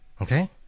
okay